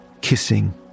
kissing